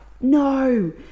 no